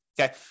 Okay